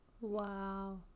Wow